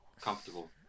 comfortable